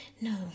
No